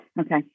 Okay